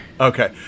Okay